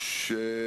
שמאוימים בסגירה,